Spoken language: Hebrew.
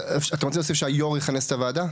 אתם רוצים להוסיף שהיו"ר יכנס את הוועדה?